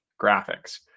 Graphics